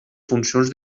funcions